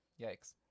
Yikes